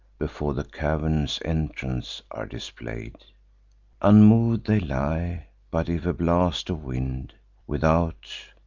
before the cavern's entrance are display'd unmov'd they lie but, if a blast of wind without,